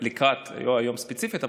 לא היום ספציפית,